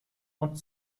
und